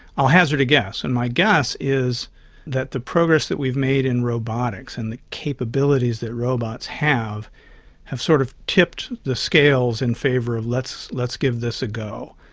i'll hazard a guess, and my guess is that the progress that we've made in robotics and the capabilities that robots have have sort of tipped the scales in favour of let's let's give this a go.